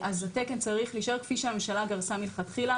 אז התקן צריך להישאר כפי שהממשלה גרסה מלכתחילה,